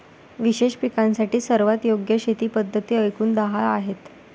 विशेष पिकांसाठी सर्वात योग्य शेती पद्धती एकूण दहा आहेत